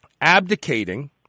abdicating